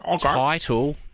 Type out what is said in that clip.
Title